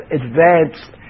advanced